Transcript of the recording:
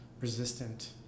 resistant